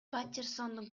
патерсондун